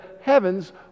heavens